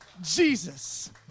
Jesus